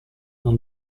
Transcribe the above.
non